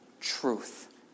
truth